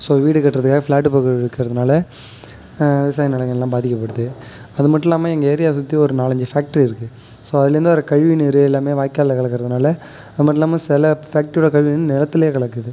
so வீடு கட்டுறதுக்காக flat போட்டு விற்கிறதுனால விவசாய நிலங்கள்லாம் பாதிக்கப்படுது அது மட்டும் இல்லாமள் எங்கள் ஏரியாவை சுற்றி ஒரு நாலஞ்சு ஃபேக்ட்ரி இருக்குது ஸோ அதுலேருந்து வர கழிவு நீர் எல்லாமே வாய்க்கால்ல கலக்கிறதுனால அது மட்டும் இல்லாமல் சில ஃபேக்ட்ரியோட கழிவுநீர் நிலத்துலே கலக்குது